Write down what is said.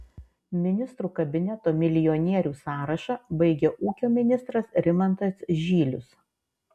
ministrų kabineto milijonierių sąrašą baigia ūkio ministras rimantas žylius